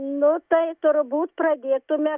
nu tai turbūt pradėtume